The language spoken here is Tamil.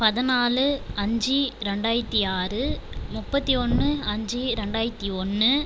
பதினாலு அஞ்சு ரெண்டாயிரத்தி ஆறு முப்பத்தி ஒன்று அஞ்சு ரெண்டாயிரத்தி ஒன்று